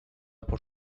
por